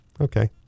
Okay